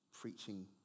preaching